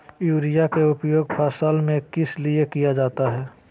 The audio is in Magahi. युरिया के उपयोग फसल में किस लिए किया जाता है?